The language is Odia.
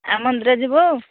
ଆଉ ମନ୍ଦିର ଯିବୁ ଆଉ